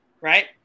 right